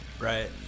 Right